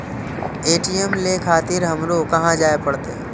ATM ले खातिर हमरो कहाँ जाए परतें?